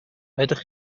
ydych